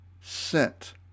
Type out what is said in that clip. sent